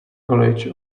college